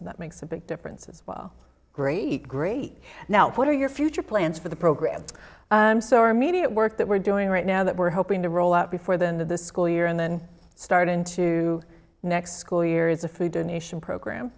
so that makes a big difference as well great great now what are your future plans for the program so our immediate work that we're doing right now that we're hoping to roll out before the end of the school year and then start into next school year is a food